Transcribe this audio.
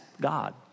God